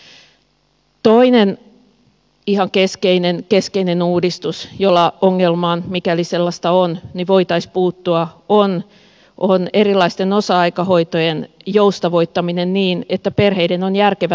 toinen ihan keskeinen uudistus jolla ongelmaan mikäli sellaista on voitaisiin puuttua on erilaisten osa aikahoitojen joustavoittaminen niin että perheiden on järkevä niitä käyttää